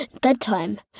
Bedtime